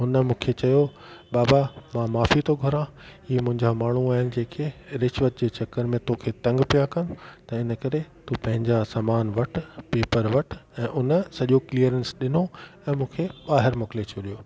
हुन मूंखे चयो बाबा मां माफ़ी थो घुरां इहे मुंहिंजा माण्हू आहिनि जेके रिश्वत जे चकर में तोखे तंग पिया कनि त हिन करे तूं पंहिंजा समान वठि पेपर वठि ऐं उन सॼो क्लीअरेंस ॾिनो ऐं मूंखे ॿाहिरि मोकिले छॾियो